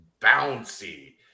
Bouncy